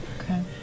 Okay